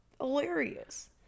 hilarious